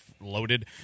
loaded